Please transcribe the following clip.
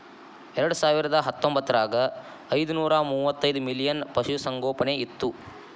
ಎರೆಡಸಾವಿರದಾ ಹತ್ತೊಂಬತ್ತರಾಗ ಐದನೂರಾ ಮೂವತ್ತೈದ ಮಿಲಿಯನ್ ಪಶುಸಂಗೋಪನೆ ಇತ್ತು